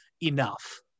enough